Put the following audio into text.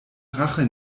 rache